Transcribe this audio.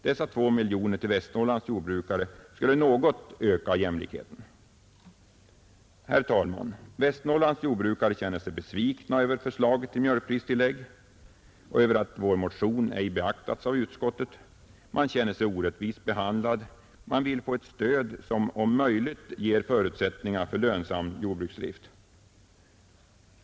Dessa två miljoner kronor till Västernorrlands jordbrukare skulle något öka jämlikheten. Herr talman! Västernorrlands jordbrukare känner sig besvikna över förslaget till mjölkpristillägg och över att vår motion ej beaktats av utskottet. Man känner sig orättvist behandlad. Man vill få ett stöd som om möjligt ger förutsättningar för lönsam jordbruksdrift.